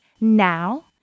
Now